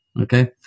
okay